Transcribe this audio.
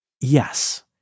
Yes